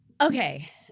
Okay